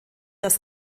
das